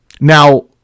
Now